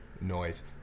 noise